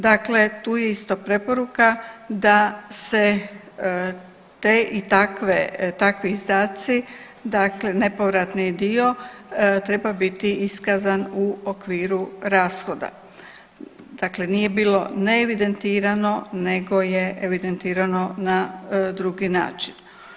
Dakle, tu je isto preporuka da se te i takve, takvi izdaci dakle nepovratni dio treba biti iskazan u okviru rashoda, dakle nije bilo neevidentirano nego je evidentirano na drugi način.